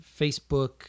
Facebook